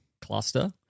cluster